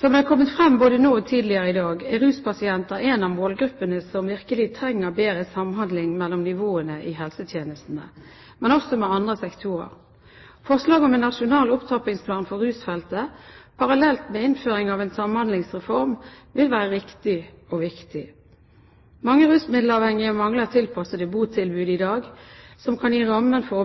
Som det har kommet frem både nå og tidligere i dag, er ruspasienter en av målgruppene som virkelig trenger bedre samhandling mellom nivåene i helsetjenestene, men også med andre sektorer. Forslaget om en nasjonal opptrappingsplan for rusfeltet parallelt med innføring av en samhandlingsreform vil være riktig og viktig. Mange rusmiddelavhengige mangler i dag tilpassede botilbud som kan gi rammen for